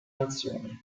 nazioni